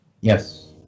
Yes